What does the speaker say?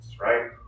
right